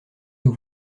nous